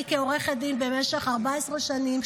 אני כעורכת דין במשך 14 שנים,